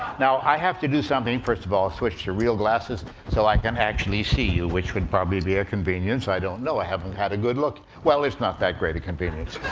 now, i have to do something first of all, switch to real glasses so i can actually see you, which would probably be a convenience. i don't know. i haven't had a good look. well, it's not that great a convenience.